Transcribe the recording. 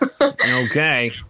Okay